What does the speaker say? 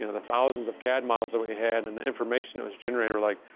you know the thousands of cad models that we had and the information that was generated, we're like,